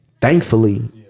thankfully